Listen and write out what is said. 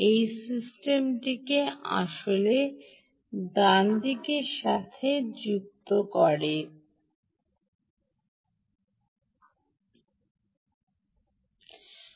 এই সিস্টেমটি আসলে ডান সাথে সংযুক্ত রয়েছে